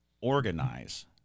organize